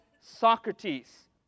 Socrates